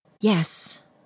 yes